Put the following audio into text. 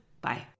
Bye